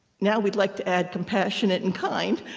now, we'd like to add compassionate and kind.